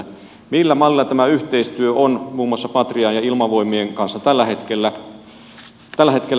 millä mallilla tämä yhteistyö on muun muassa patrian ja ilmavoimien kanssa tällä hetkellä